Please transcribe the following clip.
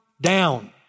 down